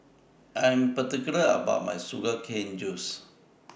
I Am particular about My Sugar Cane Juice